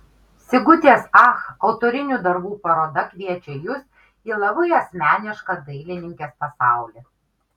sigutės ach autorinių darbų paroda kviečia jus į labai asmenišką dailininkės pasaulį